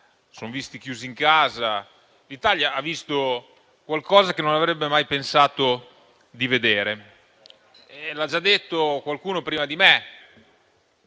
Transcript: sono visti chiusi in casa. L'Italia ha visto qualcosa che non avrebbe mai pensato di vedere. L'ha già detto qualcuno prima di me: